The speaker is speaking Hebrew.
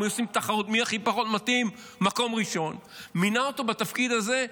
אם היו עושים תחרות מי הכי מתאים: מקום ראשון מינה אותו לתפקיד הזה,